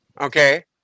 Okay